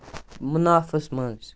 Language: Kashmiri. مُنافَس منٛز